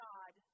God